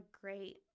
great –